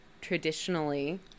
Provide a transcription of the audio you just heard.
traditionally